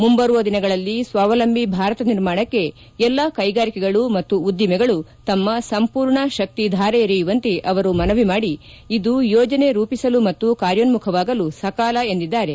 ಮುಂಬರುವ ದಿನಗಳಲ್ಲಿ ಸ್ವಾವಲಂಭಿ ಭಾರತ ನಿರ್ಮಾಣಕ್ಕೆ ಎಲ್ಲಾ ಕ್ಷೆಗಾರಿಕೆಗಳು ಮತ್ತು ಉದ್ದಿಮೆಗಳು ತಮ್ಮ ಸಂಪೂರ್ಣ ಶಕ್ತಿ ಧಾರೆ ಎರೆಯುವಂತೆ ಅವರು ಮನವಿ ಮಾಡಿ ಇದು ಯೋಜನೆ ರೂಪಿಸಲು ಮತ್ತು ಕಾರ್ಯೋನ್ತುಖವಾಗಲು ಸಕಾಲ ಎಂದಿದ್ದಾರೆ